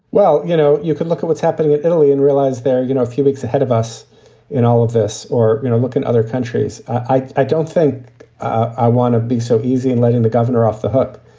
well, you know, you can look at what's happening in italy and realize there, you know, a few weeks ahead of us in all of this or, you know, look, in other countries, i i don't think i want to be so easy in letting the governor off the hook.